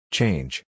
Change